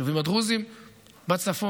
היישובים הדרוזיים בצפון,